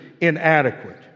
inadequate